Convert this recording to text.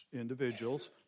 individuals